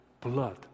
blood